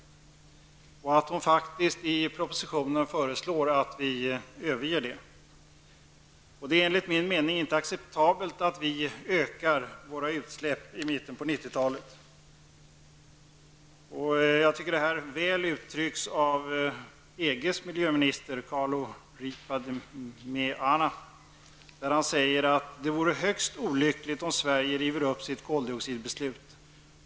I propositionen föreslår hon att vi skall överge det målet. Det är enligt min mening inte acceptabelt att vi ökar våra utsläpp i mitten på 1990-talet. Jag tycker att detta uttrycks väl av EGs miljöminister, som säger: ''Det vore högst olyckligt om Sverige river upp sitt koldioxidbeslut.